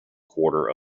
quarter